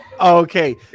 Okay